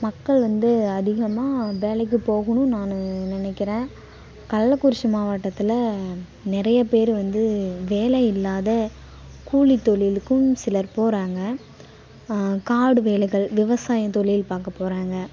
மக்கள் வந்து அதிகமாக வேலைக்குப் போகணும் நான் நினைக்கிறேன் கள்ளக்குறிச்சி மாவட்டத்தில் நிறையப் பேர்வந்து வேலை இல்லாத கூலித் தொழிலுக்கும் சிலர் போகிறாங்க காடு வேலைகள் விவசாயத் தொழில் பார்க்கப் போகிறாங்க